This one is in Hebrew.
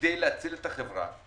כדי להציל את החברה,